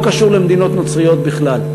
לא קשור למדינות נוצריות בכלל,